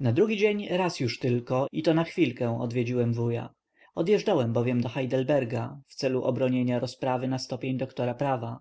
na drugi dzień raz już tylko i to na chwilkę odwiedziłem wuja odjeżdżałem bowiem do hajdleberga w celu obronienia rozprawy na stopień doktora prawa